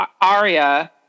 Aria